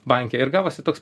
banke ir gavosi toks